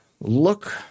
look